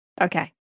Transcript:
okay